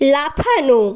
লাফানো